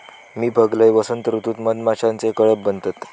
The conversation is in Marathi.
मी बघलंय, वसंत ऋतूत मधमाशीचे कळप बनतत